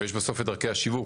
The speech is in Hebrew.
ויש את דרכי השיווק,